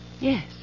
Yes